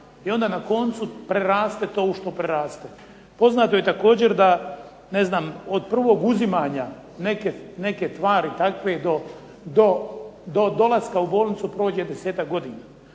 i onda na koncu preraste to u što preraste. Poznato je također da ne znam od prvog uzimanja neke tvari takve do dolaska u bolnicu prođe desetak godina.